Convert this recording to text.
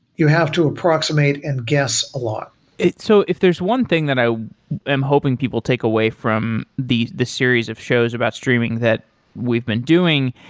you have to approximate and guess a lot so if there's one thing that i am hoping people take away from the the series of shows about streaming that we've been doing,